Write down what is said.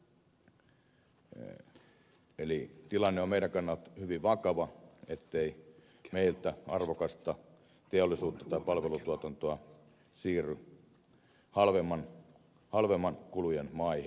eli tilanne on meidän kannaltamme hyvin vakava ettei meiltä arvokasta teollisuutta tai palvelutuotantoa siirry halvempien kulujen maihin